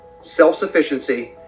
self-sufficiency